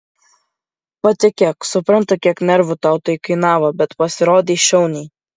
patikėk suprantu kiek nervų tau tai kainavo bet pasirodei šauniai